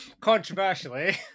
Controversially